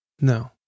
No